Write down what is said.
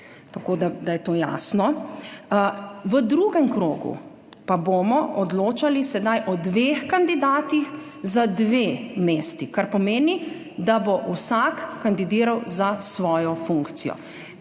Tako da je to jasno. V drugem krogu pa bomo odločali zdaj o dveh kandidatih za dve mesti, kar pomeni, da bo vsak kandidiral za svojo funkcijo.